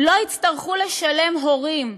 לא יצטרכו לשלם הורים,